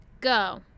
go